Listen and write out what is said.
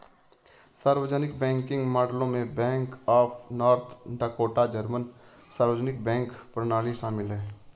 सार्वजनिक बैंकिंग मॉडलों में bank of North Dakota German सार्वजनिक बैंक प्रणाली शामिल है